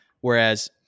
Whereas